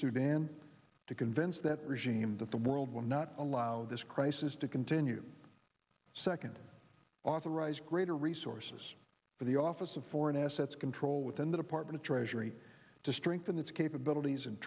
sudan to convince that regime that the world will not allow this crisis to continue second authorized greater resources for the office of foreign assets control within the department of treasury to strengthen its capabilities